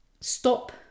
stop